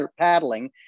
paddling